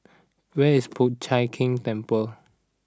where is Po Chiak Keng Temple